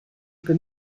più